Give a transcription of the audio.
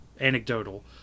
anecdotal